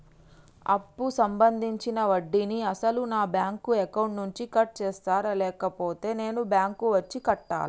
అప్పు సంబంధించిన వడ్డీని అసలు నా బ్యాంక్ అకౌంట్ నుంచి కట్ చేస్తారా లేకపోతే నేను బ్యాంకు వచ్చి కట్టాలా?